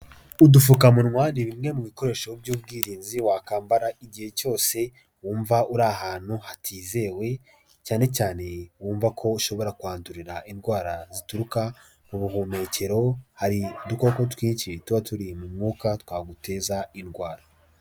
Udufukamunwa ni bimwe mu bikoresho by'ubwirinzi wakambara igihe cyose wumva uri ahantu hatizewe, cyane cyane wumva ko ushobora kuhandurira indwara zituruka mu buhumekero, hari udukoko twinshi tuba turi mu mwuka twaguteza indwara.